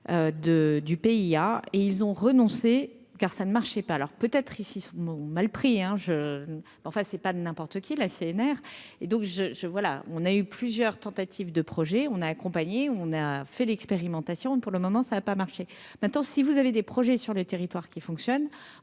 du pays et ils ont renoncé car ça ne marchait pas, alors peut-être ici sont mal pris un jeu, mais enfin c'est pas de n'importe qui, la CNR et donc je je vois là, on a eu plusieurs tentatives de projets, on a accompagné, on a fait l'expérimentation pour le moment, ça a pas marché maintenant si vous avez des projets sur le territoire qui fonctionne,